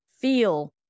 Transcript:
feel